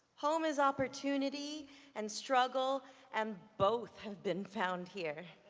home is opportunity and struggle and both have been found here.